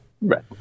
Right